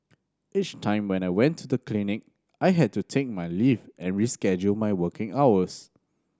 each time when I went to the clinic I had to take my leave and reschedule my working hours